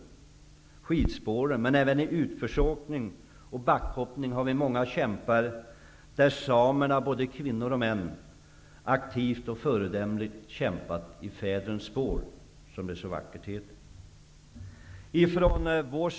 Men även när det gäller utförsåkning och backhoppning har vi många kämpar. Samerna -- både kvinnor och män -- har aktivt och föredömligt kämpat i fädrens spår, som det så vackert heter.